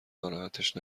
ناراحتش